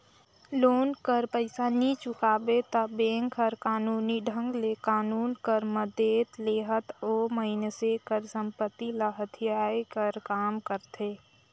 loan कर पइसा नी चुकाबे ता बेंक हर कानूनी ढंग ले कानून कर मदेत लेहत ओ मइनसे कर संपत्ति ल हथियाए कर काम करथे